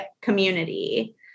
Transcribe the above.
community